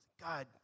God